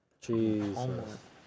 Jesus